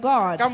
God